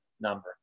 number